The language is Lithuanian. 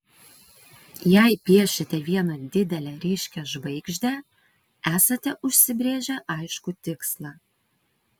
jei piešiate vieną didelę ryškią žvaigždę esate užsibrėžę aiškų tikslą